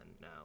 now